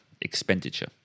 Expenditure